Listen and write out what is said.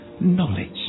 knowledge